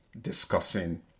discussing